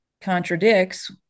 contradicts